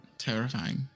terrifying